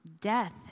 death